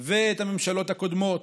ואת הממשלות הקודמות,